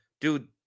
dude